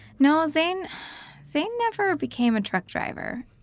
no, zane zane never became a truck driver.